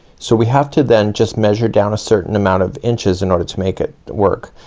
so we have to then, just measure down a certain amount of inches, in order to make it work.